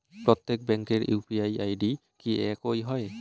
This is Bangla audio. প্রত্যেক ব্যাংকের ইউ.পি.আই আই.ডি কি একই হয়?